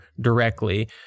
directly